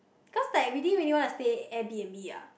cause like we didn't really wanna stay Airbnb ya